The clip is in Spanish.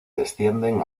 descienden